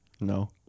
No